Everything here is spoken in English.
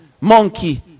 monkey